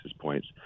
points